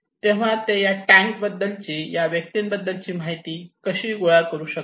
तेव्हा ते या टँक बद्दलची या व्यक्ती बद्दल ची माहिती कशी गोळा करू शकतात